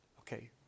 Okay